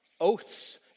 oaths